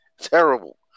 terrible